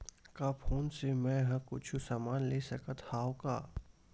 का फोन से मै हे कुछु समान ले सकत हाव का?